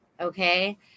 okay